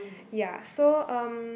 ya so um